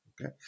Okay